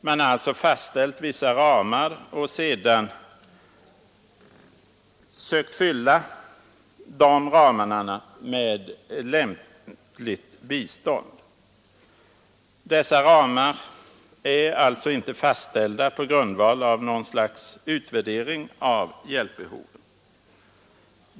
Man har alltså beslutat sig för vissa ramar och sedan sökt fylla de ramarna med lämpligt bistånd. Dessa ramar är alltså inte fastställda på grundval av något slags utvärdering av hjälpbehoven.